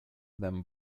them